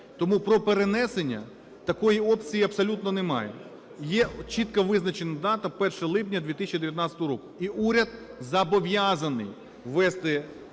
Тому про перенесення, такої опції абсолютно немає. Є чітко визначена дата – 1 липня 2019 року. І уряд зобов'язаний ввести